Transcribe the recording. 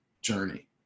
journey